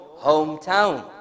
hometown